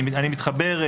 אני מתחבר,